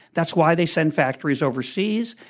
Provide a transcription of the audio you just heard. that's why they send factories overseas.